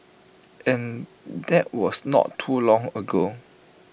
and that was not too long ago